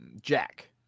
jack